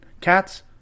cats